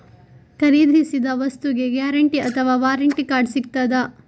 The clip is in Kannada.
ಖರೀದಿಸಿದ ವಸ್ತುಗೆ ಗ್ಯಾರಂಟಿ ಅಥವಾ ವ್ಯಾರಂಟಿ ಕಾರ್ಡ್ ಸಿಕ್ತಾದ?